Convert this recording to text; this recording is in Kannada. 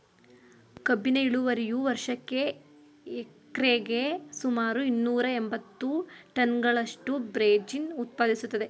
ಕಬ್ಬಿನ ಇಳುವರಿಯು ವರ್ಷಕ್ಕೆ ಹೆಕ್ಟೇರಿಗೆ ಸುಮಾರು ಇನ್ನೂರ ಎಂಬತ್ತು ಟನ್ಗಳಷ್ಟು ಬ್ರೆಜಿಲ್ ಉತ್ಪಾದಿಸ್ತದೆ